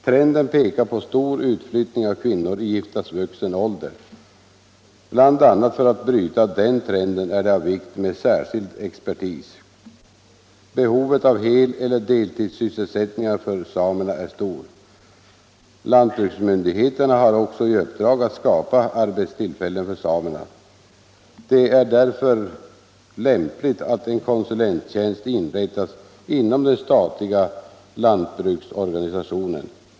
Trenden pekar på stor utflyttning av kvinnor i giftasvuxen ålder. Bl. a. för att bryta den trenden är det av vikt med särskild expertis. Behovet av hel eller deltidssysselsättningar för samerna är stort. Lantbruksmyndigheterna har också i uppdrag att skapa arbetstillfällen för samerna. Det är därför lämpligt att en konsulenttjänst inrättas inom den statliga lantbruksorganisationen.